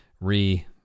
re